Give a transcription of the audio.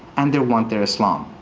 and they want their islam.